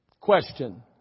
Question